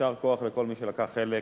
ויישר כוח לכל מי שלקח חלק